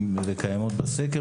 וקיימות בסקר,